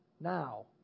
Now